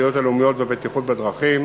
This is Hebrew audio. התשתיות הלאומיות והבטיחות בדרכים